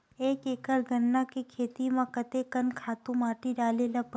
एक एकड़ गन्ना के खेती म कते कन खातु माटी डाले ल पड़ही?